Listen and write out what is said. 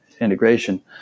integration